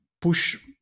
push